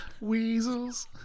weasels